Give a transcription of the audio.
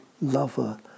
lover